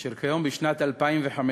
אשר כיום, בשנת 2015,